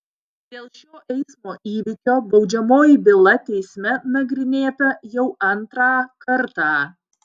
dėl šio eismo įvykio baudžiamoji byla teisme nagrinėta jau antrą kartą